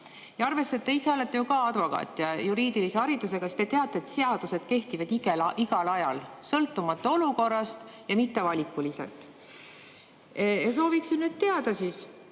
Arvestades, et te ise olete ju ka advokaat ja juriidilise haridusega, te teate, et seadused kehtivad igal ajal, sõltumata olukorrast, ja mitte valikuliselt. Sooviksin nüüd teada.